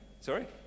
Sorry